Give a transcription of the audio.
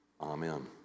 Amen